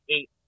Eight